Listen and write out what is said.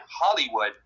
Hollywood